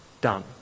Done